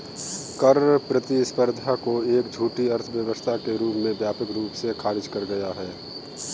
कर प्रतिस्पर्धा को एक झूठी अर्थव्यवस्था के रूप में व्यापक रूप से खारिज करा गया है